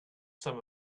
some